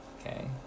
Okay